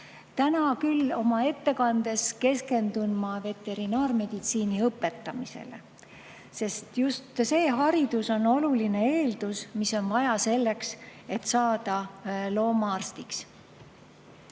Täna küll oma ettekandes keskendun ma veterinaarmeditsiini õpetamisele, sest just see haridus on oluline eeldus, mida on vaja selleks, et saada loomaarstiks. Loomaarsti